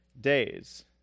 days